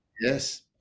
Yes